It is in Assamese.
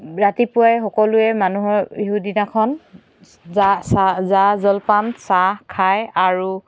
ৰাতিপুৱাই সকলোৱে মানুহৰ বিহু দিনাখন জা চা জা জলপান চাহ খায় আৰু